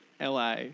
LA